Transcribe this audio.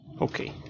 Okay